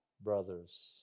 brothers